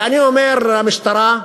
ואני אומר למשטרה,